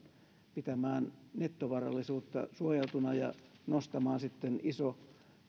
pitämään nettovarallisuutta suojeltuna ja nostamaan sitten ison